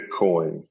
Bitcoin